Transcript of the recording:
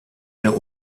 der